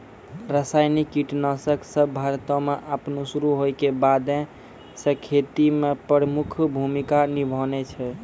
रसायनिक कीटनाशक सभ भारतो मे अपनो शुरू होय के बादे से खेती मे प्रमुख भूमिका निभैने छै